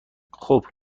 خوب